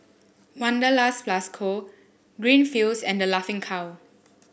Wanderlust Plus Co Greenfields and The Laughing Cow